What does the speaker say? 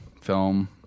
film